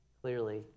clearly